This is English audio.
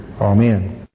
Amen